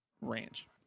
ranch